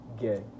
gay